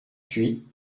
huit